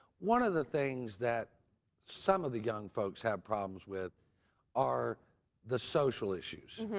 one of the things that some of the young folks have problems with are the social issues.